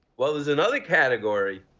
well as another category,